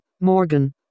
Morgan